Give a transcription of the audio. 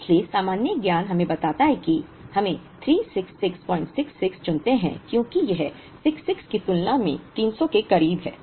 इसलिए सामान्य ज्ञान हमें बताता है कि हम 36666 चुनते हैं क्योंकि यह 66 की तुलना में 300 के करीब है